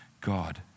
God